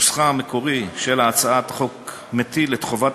נוסחה המקורי של הצעת החוק מטיל את חובת